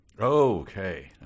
okay